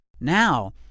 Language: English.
Now